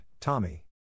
Tommy